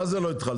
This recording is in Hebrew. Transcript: מה זה לא התחלת?